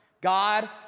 God